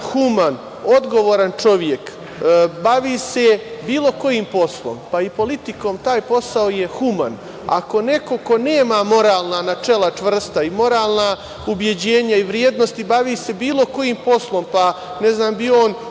human, odgovoran čovek bavi bilo kojim poslom, pa i politikom, taj posao je human. Ako neko ko nema čvrsta moralna načela, moralna ubeđenja i vrednosti, a bavi se bilo kojim poslom, pa bio on